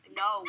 no